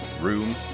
room